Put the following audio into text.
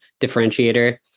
differentiator